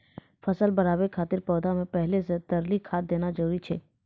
फसल बढ़ाबै खातिर पौधा मे पहिले से तरली खाद देना जरूरी छै?